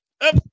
up